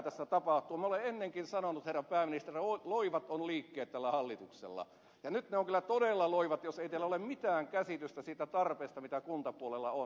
minä olen ennenkin sanonut herra pääministeri että loivat on liikkeet tällä hallituksella ja nyt ne ovat kyllä todella loivat jos ei teillä ole mitään käsitystä siitä tarpeesta mikä kuntapuolella on